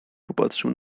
popatrzył